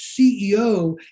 CEO